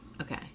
Okay